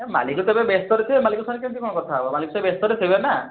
ମାଲିକ ତ ଏବେ ବ୍ୟସ୍ତରେ ଥିବେ ମାଲିକ ସାଙ୍ଗରେ କେମିତି କ'ଣ କଥା ହେବ ମାଲିକ ଏବେ ବ୍ୟସ୍ତରେ ଥିବେ ନା